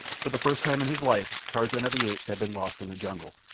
for the first time in his life, tarzan of the apes had been lost in the jungle.